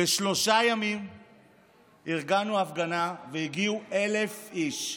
בשלושה ימים ארגנו הפגנה, והגיעו 1,000 איש.